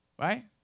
right